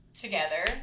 together